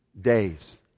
days